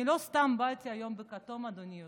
אני לא סתם באתי היום בכתום, אדוני היושב-ראש,